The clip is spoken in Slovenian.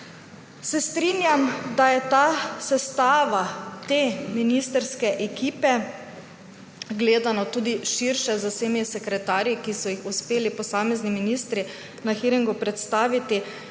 Strinjam se, da je ta sestava te ministrske ekipe, gledano tudi širše z vsemi sekretarji, ki so jih uspeli posamezni ministri na hearingu predstaviti,